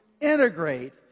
integrate